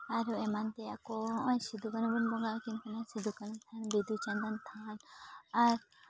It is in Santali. ᱟᱨ ᱮᱢᱟᱱ ᱛᱮᱭᱟᱜ ᱠᱚ ᱱᱚᱜᱼᱚᱭ ᱥᱤᱫᱩᱼᱠᱟᱹᱱᱩ ᱵᱚᱱ ᱵᱚᱸᱜᱟᱜᱼᱟ ᱠᱤᱱᱛᱩ ᱱᱚᱣᱟ ᱥᱤᱫᱼᱠᱟᱹᱱᱩ ᱛᱷᱟᱱ ᱵᱤᱸᱫᱩᱼᱪᱟᱱᱫᱟᱱ ᱛᱷᱟᱱ ᱟᱨ